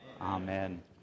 Amen